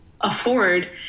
afford